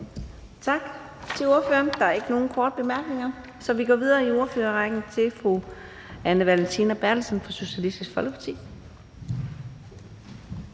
Tak til ordføreren. Der er ikke nogen korte bemærkninger, så vi går videre i ordførerrækken til fru Anne Valentina Berthelsen fra Socialistisk Folkeparti.